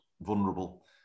vulnerable